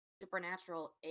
Supernatural